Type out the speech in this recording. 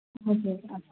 हजुर